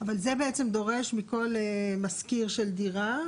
אבל זה בעצם דורש מכל משכיר של דירה,